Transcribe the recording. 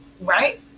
right